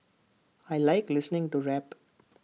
I Like listening to rap